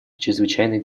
чрезвычайной